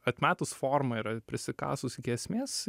atmetus formą ir prisikasus iki esmės